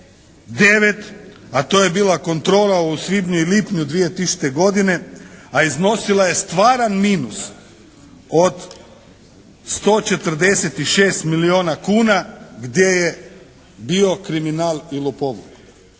9., a to je bila kontrola u svibnju i lipnju 2000. godine. A iznosila je stvaran minus od 146 milijuna kuna gdje je bio kriminal i lopovluk.